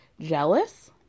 jealous